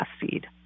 seed